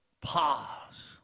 pause